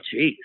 Jeez